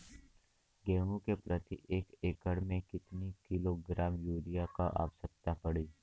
गेहूँ के प्रति एक एकड़ में कितना किलोग्राम युरिया क आवश्यकता पड़ी?